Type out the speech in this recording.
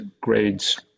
grades